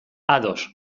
ados